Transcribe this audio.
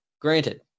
Granted